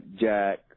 jack